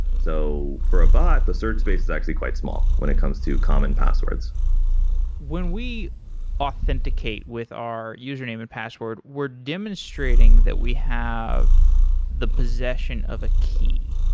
so for a bot, the search space is actually quite small when it comes to common passwords when we authenticate with our username and password, we're demonstrating that we have the possession of a key,